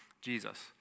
Jesus